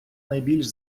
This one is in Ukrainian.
найбільш